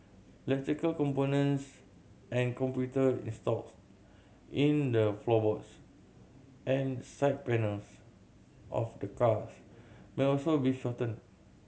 electrical components and computer installed in the floorboards and side panels of the cars may also be shorten